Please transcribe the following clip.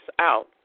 out